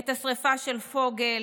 את השרפה של פוגל,